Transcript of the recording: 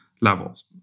levels